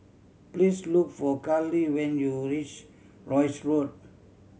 please look for Karlie when you reach Rosyth Road